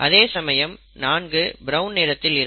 அதே சமயம் 4 பிரவுன் நிறத்தில் இருக்கும்